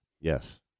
Yes